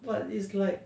but it's like